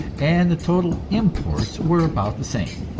and the total imports were about the same.